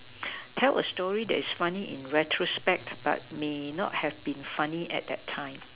tell a story that is funny in retrospect but may not have been funny at that time